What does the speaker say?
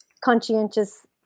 conscientious